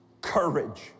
courage